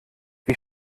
wie